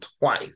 twice